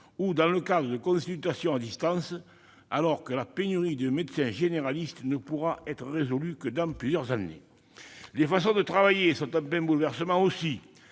ou dans le cadre de consultations à distance, alors que la pénurie de médecins généralistes ne pourra être résolue que dans plusieurs années. Les façons de travailler sont également en plein bouleversement, avec